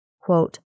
Quote